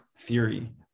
theory